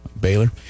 Baylor